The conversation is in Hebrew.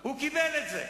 הוא קיבל את זה.